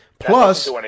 Plus